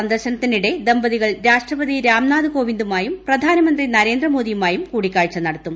സന്ദർശനത്തിനിടെ ദമ്പതികൾ രാഷ്ട്രപതി രാംനാഥ് കോവിന്ദുമായും പ്രധാനമന്ത്രി നരേന്ദ്രമോദിയുമായും കൂടിക്കാഴ്ച നടത്തും